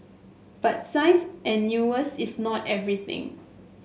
but size and newness is not everything